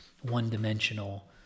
one-dimensional